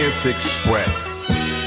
express